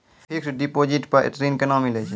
Fixed deposit पर ऋण केना मिलै छै?